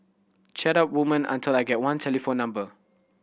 chat up women until I get one telephone number